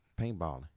paintballing